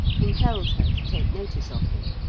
compelled her to take notice of him,